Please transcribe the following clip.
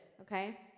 okay